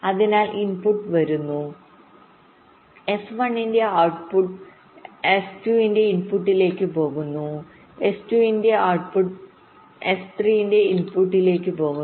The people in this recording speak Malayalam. അതിനാൽ ഇൻപുട്ട് വരുന്നു എസ് 1 ന്റെ ഔട്ട്പുട് എസ് 2 ന്റെ ഇൻപുട്ടിലേക്ക് പോകുന്നു എസ് 2 ന്റെ ഔട്ട്പുട്ട് എസ് 3 ന്റെ ഇൻപുട്ടിലേക്ക് പോകുന്നു